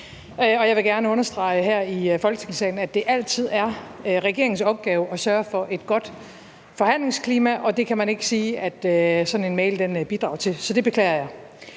jeg vil gerne understrege her i Folketingssalen, at det altid er regeringens opgave at sørge for et godt forhandlingsklima. Det kan man ikke sige at sådan en mail bidrager til. Så det beklager jeg.